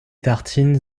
tartines